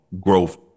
growth